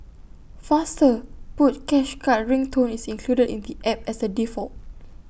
faster put cash card ring tone is included in the app as A default